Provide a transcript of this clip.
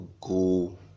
go